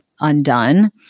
undone